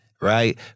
Right